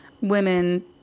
women